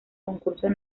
concursos